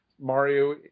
Mario